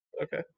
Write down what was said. Okay